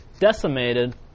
Decimated